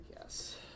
Yes